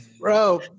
Bro